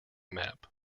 map